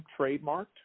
trademarked